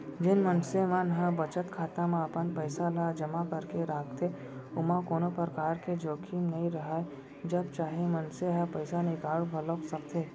जेन मनसे मन ह बचत खाता म अपन पइसा ल जमा करके राखथे ओमा कोनो परकार के जोखिम नइ राहय जब चाहे मनसे ह पइसा निकाल घलौक सकथे